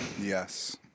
Yes